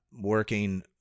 working